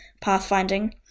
Pathfinding